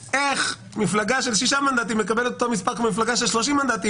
איך מפלגה של 6 מנדטים מקבלת אותו מספר כמו מפלגה של 30 מנדטים,